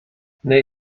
nei